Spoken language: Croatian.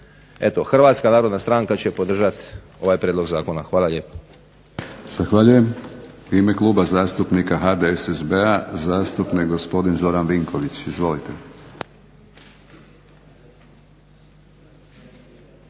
Hrvatska narodna stranka će podržati ovaj prijedlog zakona. Hvala lijepo.